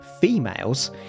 females